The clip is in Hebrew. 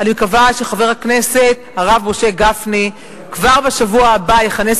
אני מקווה שחבר הכנסת הרב משה גפני כבר בשבוע הבא יכנס